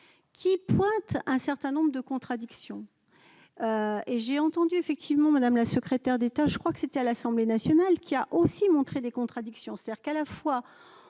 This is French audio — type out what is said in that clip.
qui pointe un certain nombre de contradictions et j'ai entendu effectivement madame la secrétaire d'État, je crois que c'était à l'Assemblée nationale qui a aussi montré des contradictions, c'est-à-dire qu'à la fois